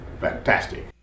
Fantastic